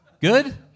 Good